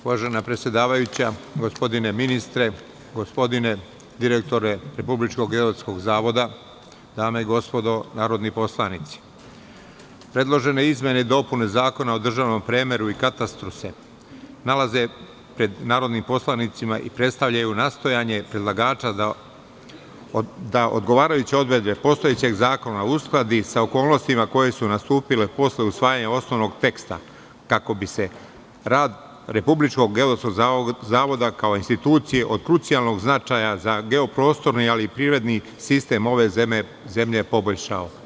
Uvažena predsedavajuća, gospodine ministre, gospodine direktore Republičkog geodetskog zavoda, dame i gospodo narodni poslanici, predložene izmene i dopune Zakona o državnom premeru i katastru, nalaze se pred narodnim poslanicima i predstavljaju nastojanje predlagača da odgovarajuće odredbe postojećeg zakona uskladi sa okolnostima koje su nastupile posle usvajanja osnovnog teksta, kako bi se rad Republičkog geodetskog zavoda, kao institucije od krucijalnog značaja za geoprostorni, ali i privredni sistem ove zemlje poboljšao.